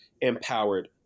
empowered